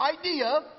idea